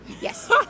Yes